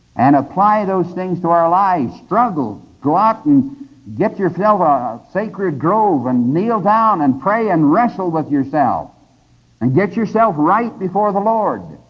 and apply those things to our lives. struggle! go out and get yourselves a sacred grove and kneel down and pray and wrestle with yourself and get yourself right before the lord,